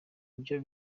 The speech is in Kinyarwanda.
byo